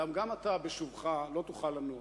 אולם גם עתה, בשובך, לא תוכל לנוח.